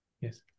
Yes